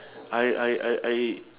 I I I I